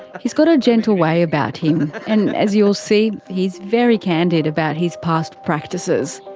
he's got a gentle way about him, and as you'll see, he's very candid about his past practices.